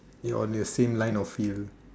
on the same line of field